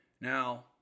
Now